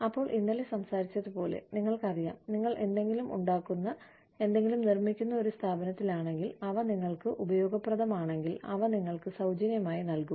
അപ്പോൾ ഇന്നലെ സംസാരിച്ചതുപോലെ നിങ്ങൾക്കറിയാം നിങ്ങൾ എന്തെങ്കിലും ഉണ്ടാക്കുന്ന എന്തെങ്കിലും നിർമ്മിക്കുന്ന ഒരു സ്ഥാപനത്തിലാണെങ്കിൽ അവ നിങ്ങൾക്ക് ഉപയോഗപ്രദമാണെങ്കിൽ അവ നിങ്ങൾക്ക് സൌജന്യമായി നൽകും